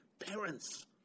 Parents